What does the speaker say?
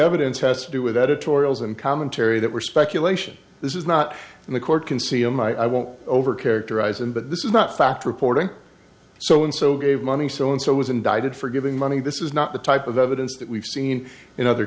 evidence test do with editorials and commentary that were speculation this is not in the court can see oh my i won't over characterize them but this is not fact reporting so and so gave money so and so was indicted for giving money this is not the type of a evidence that we've seen in other